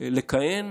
לכהן